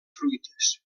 fruites